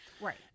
Right